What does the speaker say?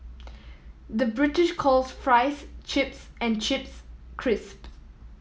the British calls fries chips and chips crisps